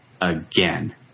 again